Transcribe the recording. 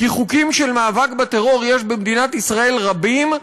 כי חוקים של מאבק בטרור יש במדינת ישראל רבים,